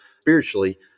spiritually